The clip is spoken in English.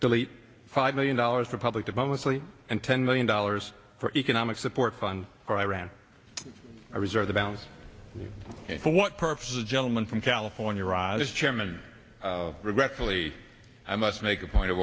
delete five million dollars for public diplomacy and ten million dollars for economic support fund or iran i reserve the balance for what purpose the gentleman from california rod as chairman regretfully i must make a point of